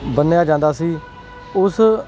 ਬੰਨ੍ਹਿਆ ਜਾਂਦਾ ਸੀ ਉਸ